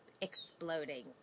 exploding